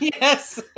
Yes